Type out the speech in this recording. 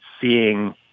seeing